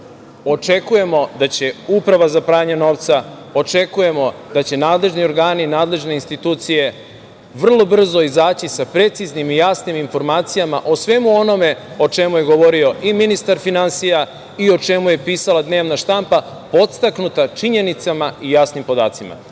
očekujemo da će Uprava za pranje novca, očekujemo da će nadležni organi i nadležne institucije vrlo brzo izaći sa preciznim i jasnim informacijama o svemu onome o čemu je govorio i ministar finansija i o čemu je pisala dnevna štampa podstaknuta činjenicama i jasnim podacima.